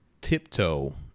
tiptoe